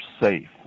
safe